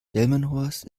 delmenhorst